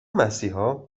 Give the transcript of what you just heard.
مسیحا